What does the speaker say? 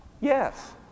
Yes